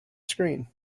screen